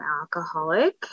alcoholic